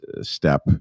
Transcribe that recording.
step